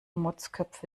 motzköpfe